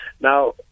Now